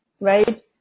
right